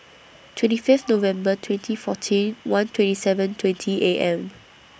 twenty Fifth November twenty fourteen one twenty seven twenty A M